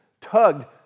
tugged